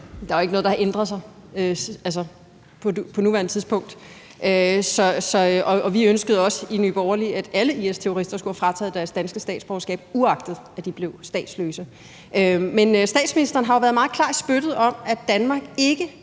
Der er jo ikke noget, der har ændret sig på nuværende tidspunkt. Og vi ønskede også i Nye Borgerlige, at alle IS-terrorister skulle have frataget deres danske statsborgerskab, uagtet at de blev statsløse. Men statsministeren har jo været meget klar i spyttet om, at Danmark ikke